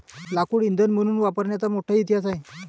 लाकूड इंधन म्हणून वापरण्याचा मोठा इतिहास आहे